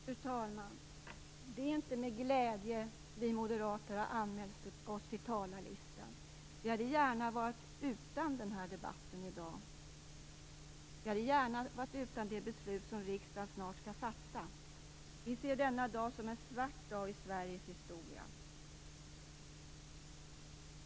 Fru talman! Det är inte med glädje som vi moderater har anmält oss till debatten. Vi hade gärna varit utan den här debatten i dag. Vi hade gärna varit utan det beslut som riksdagen snart skall fatta. Vi ser denna dag som en svart dag i Sveriges historia.